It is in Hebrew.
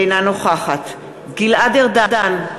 אינה נוכחת גלעד ארדן,